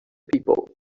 peoples